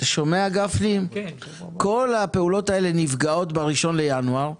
כל הפעולות האלה נפגעות ב-1 בינואר.